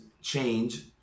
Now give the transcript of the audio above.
change